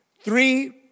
Three